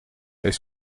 est